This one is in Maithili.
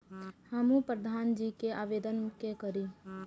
हमू प्रधान जी के आवेदन के करी?